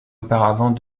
auparavant